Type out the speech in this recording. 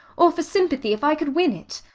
or for sympathy, if i could win it.